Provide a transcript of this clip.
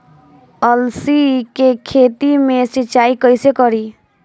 अलसी के खेती मे सिचाई कइसे करी?